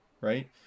Right